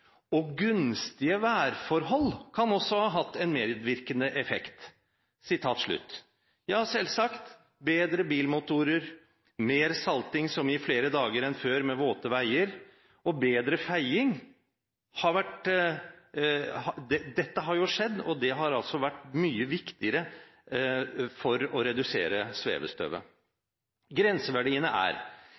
gunstige værforhold kan også ha hatt medvirkende effekt». Ja, selvsagt. Det har jo skjedd flere ting, bedre bilmotorer, mer salting som gir flere dager enn før med våte veier, og bedre feiing – og dette har vært mye viktigere for å redusere svevestøvet. Grenseverdiene er